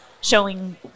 showing